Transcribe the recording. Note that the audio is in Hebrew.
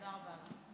תודה רבה.